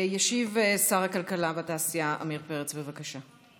ישיב שר הכלכלה והתעשייה עמיר פרץ, בבקשה.